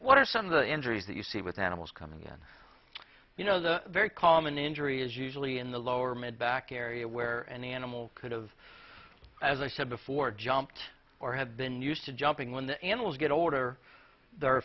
what are some of the injuries that you see with animals coming in you know the very common injury is usually in the lower made back area where an animal could have as i said before jumped or have been used to jumping when the animals get older the